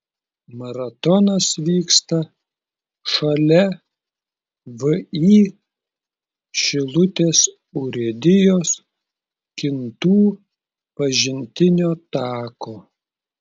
maratonas vyksta šalia vį šilutės urėdijos kintų pažintinio tako